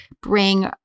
bring